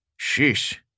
Sheesh